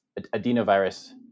adenovirus